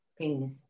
Penis